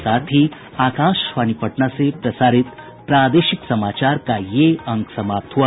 इसके साथ ही आकाशवाणी पटना से प्रसारित प्रादेशिक समाचार का ये अंक समाप्त हुआ